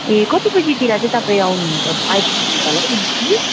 ए कति बजीतिर चाहिँ तपाईँ आउनुहुन्छ आइपुग्नुहुन्छ होला है एनजेपी